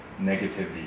negativity